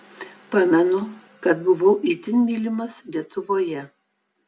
pamenu kad buvau itin mylimas lietuvoje